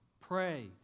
Pray